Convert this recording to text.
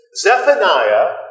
Zephaniah